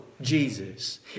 Jesus